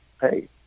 Hey